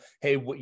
Hey